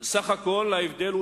בסך הכול ההבדל,